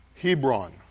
Hebron